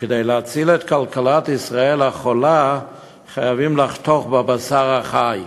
וכדי להציל את כלכלת ישראל החולה חייבים לחתוך בבשר החי,